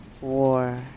war